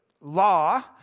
law